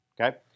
Okay